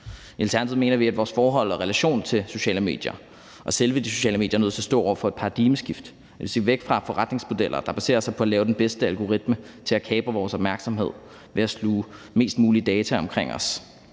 I Alternativet mener vi, at vores forhold og relation til sociale medier og selve de sociale medier er nødt til at stå over for et paradigmeskift. Det vil sige, at man skal væk fra forretningsmodeller, der baserer sig på at lave den bedste algoritme til at kapre vores opmærksomhed ved at sluge mest muligt data omkring os